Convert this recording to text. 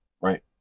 right